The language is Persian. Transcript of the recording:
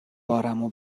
بارمو